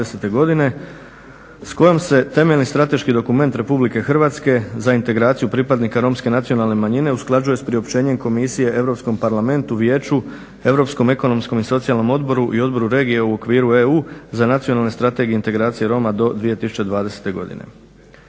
s kojom se temeljni strateški dokument RH za integraciju pripadnika romske nacionalne manjine usklađuje s priopćenjem komisije Europskom parlamentu, vijeću, Europskom ekonomskom i socijalnom odboru i Odboru regije u okviru EU za nacionalne strategije i integracije Roma do 2020. godine.